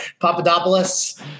Papadopoulos